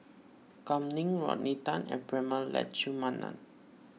Kam Ning Rodney Tan and Prema Letchumanan